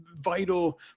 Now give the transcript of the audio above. vital